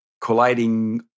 colliding